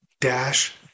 dash